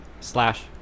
slash